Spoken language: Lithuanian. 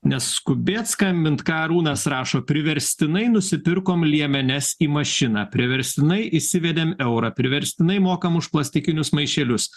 neskubėt skambint ką arūnas rašo priverstinai nusipirkom liemenes į mašiną priverstinai įsivedėm eurą priverstinai mokam už plastikinius maišelius